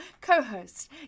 co-host